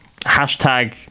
Hashtag